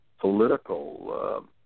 political